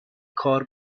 کار